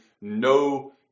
no